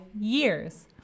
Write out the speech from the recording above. years